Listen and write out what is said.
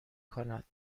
کند